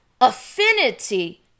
affinity